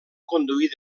conduir